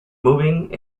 moving